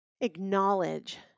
acknowledge